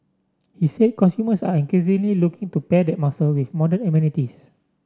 he said consumers are increasingly looking to pair that muscle with modern amenities